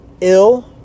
ill